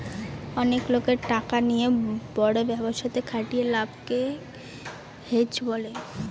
অনেক লোকের টাকা নিয়ে বড় ব্যবসাতে খাটিয়ে লাভকে হেজ বলে